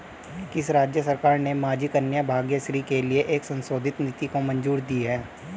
किस राज्य सरकार ने माझी कन्या भाग्यश्री के लिए एक संशोधित नीति को मंजूरी दी है?